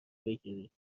بگیرید